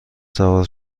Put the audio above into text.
سوار